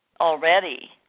already